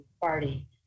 party